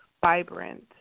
vibrant